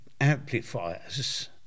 amplifiers